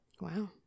Wow